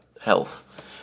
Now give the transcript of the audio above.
health